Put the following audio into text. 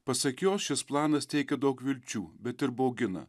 pasak jos šis planas teikė daug vilčių bet ir baugina